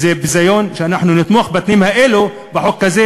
וזה ביזיון שאנחנו נתמוך בתנאים האלה בחוק הזה,